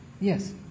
Yes